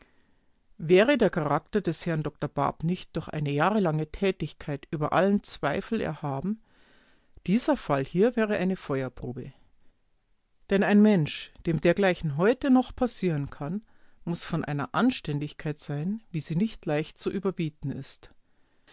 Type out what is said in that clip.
wäre der charakter des herrn dr bab nicht durch eine jahrelange tätigkeit über allen zweifel erhaben dieser fall hier wäre eine feuerprobe denn ein mensch dem dergleichen heute noch passieren kann muß von einer anständigkeit sein wie sie nicht leicht zu überbieten ist